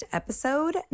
episode